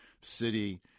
city